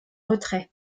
retrait